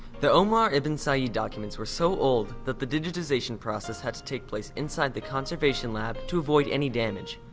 the omar ibn said so yeah documents were so old that the digitization process had to take place inside the conservation lab to avoid any damage.